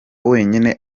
wenyine